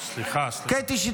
קטי.